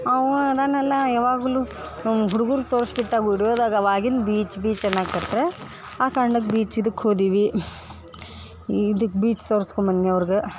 ಅವ ಅದಾನಲ್ಲ ಯಾವಾಗಲೂ ಹುಡ್ಗುರ್ಗೆ ತೋರಿಸ್ತಿದ್ದ ವಿಡಿಯೋದಾಗ ಅವಾಗಿನ ಬೀಚ್ ಬೀಚ್ ಅನ್ನಕ್ಕತ್ರು ಆ ಕಾರ್ಣಕ್ಕೆ ಬೀಚ್ ಇದಿಕ್ಕೆ ಹೋದಿವಿ ಇದು ಬೀಚ್ ತೋರಿಸ್ಕೊ ಬಂದ್ನೆ ಅವ್ರ್ಗೆ